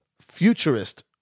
futurist